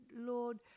Lord